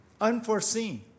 Unforeseen